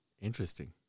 Interesting